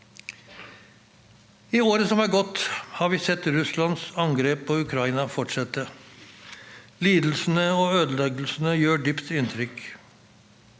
I året som har gått, har vi sett Russlands angrep på Ukraina fortsette. Lidelsene og ødeleggelsene gjør dypt inntrykk.